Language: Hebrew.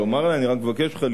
"חצוף" זו לא מלה, אני מבקש להגיב.